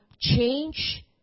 change